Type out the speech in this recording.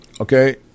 Okay